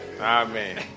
Amen